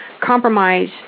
compromise